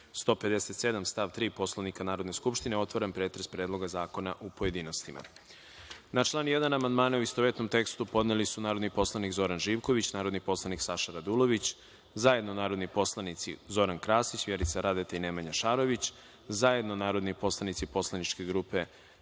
157. stav 3. Poslovnika Narodne skupštine, otvaram pretres Predloga zakona u pojedinostima. Na član 1. amandmane, u istovetnom tekstu, podneli narodni poslanik Zoran Živković, narodni poslanik Saša Radulović, zajedno narodni poslanici Zoran Krasić, Vjerica Radeta i Nemanja Šarović i zajedno narodni poslanici Poslaničke grupe